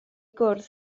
gwrdd